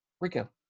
Rico